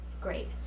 Great